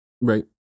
Right